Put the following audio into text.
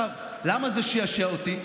למה זה שעשע אותי?